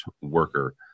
worker